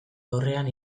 aurrean